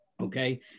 okay